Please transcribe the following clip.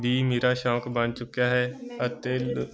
ਵੀ ਮੇਰਾ ਸ਼ੌਕ ਬਣ ਚੁੱਕਿਆ ਹੈ ਅਤੇ